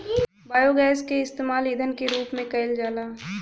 biogas के इस्तेमाल ईधन के रूप में कईल जाला